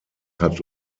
hat